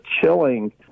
chilling